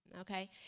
Okay